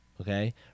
okay